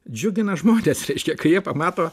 džiugina žmones reiškia kai jie pamato